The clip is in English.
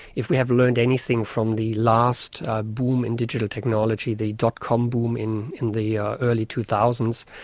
if we have learned anything from the last ah boom in digital technology, the dot-com boom in in the early two thousand